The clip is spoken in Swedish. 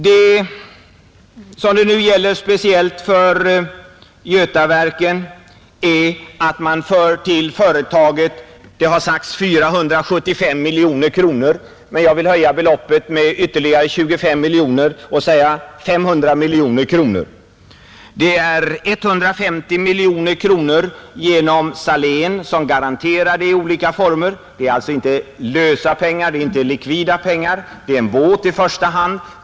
Det som nu gäller speciellt för Götaverken är att man tillför företaget — har det sagts — 475 miljoner kronor. Jag menar att beloppet är ytterligare 25 miljoner större, dvs. 500 miljoner kronor. Det är 150 miljoner kronor genom Salén. Det är en båt i första hand.